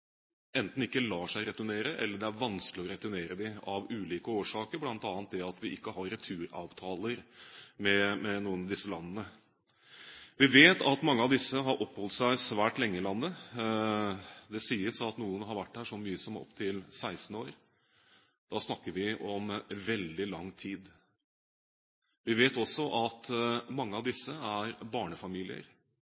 enten ikke lar seg returnere, eller at det er vanskelig å returnere dem av ulike årsaker, bl.a. fordi vi ikke har returavtaler med noen av disse landene. Vi vet at mange av disse menneskene har oppholdt seg svært lenge i landet. Det sies at noen har vært her så lenge som opptil 16 år. Da snakker vi om veldig lang tid. Vi vet også at mange av